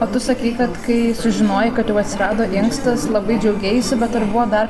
o tu sakei kad kai sužinojai kad jau atsirado inkstas labai džiugeisi bet ar buvo dar